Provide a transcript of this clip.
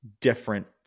different